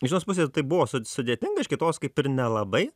iš vienos pusės tai buvo su sudėtinga iš kitos kaip ir nelabai